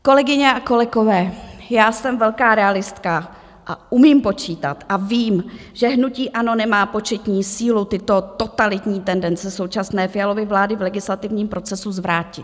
Kolegyně a kolegové, jsem velká realistka a umím počítat a vím, že hnutí ANO nemá početní sílu tyto totalitní tendence současné Fialovy vlády v legislativním procesu zvrátit.